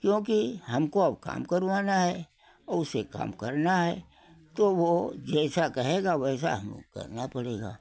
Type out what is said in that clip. क्योंकि हमको अब काम करवाना है और उसे काम करना है तो वो जैसा कहेगा वैसा हमको करना पड़ेगा